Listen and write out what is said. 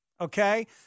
okay